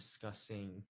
discussing